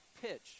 pitch